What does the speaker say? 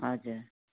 हजुर